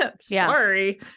sorry